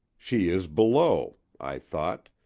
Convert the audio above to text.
she is below, i thought,